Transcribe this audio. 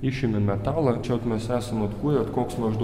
išėmė metalą čia vat mes esam atkūrę koks maždaug